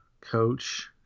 coach